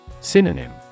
Synonym